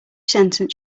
sentence